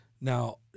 now